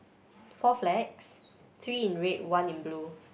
four flags three in red one in blue